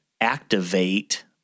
activate